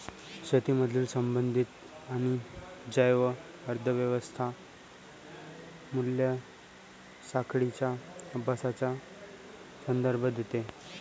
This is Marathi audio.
शेतीमधील संबंधित आणि जैव अर्थ व्यवस्था मूल्य साखळींच्या अभ्यासाचा संदर्भ देते